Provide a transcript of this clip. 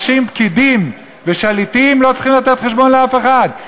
פקידים ושליטים לא צריכים לתת דין-וחשבון לאף אחד.